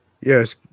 Yes